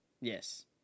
Yes